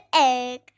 egg